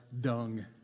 dung